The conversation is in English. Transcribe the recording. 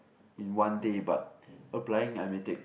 in one day but applying I may take